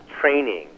training